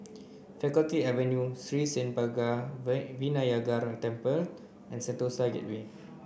Faculty Avenue Sri Senpaga Vinayagar Temple and Sentosa Gateway